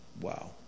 Wow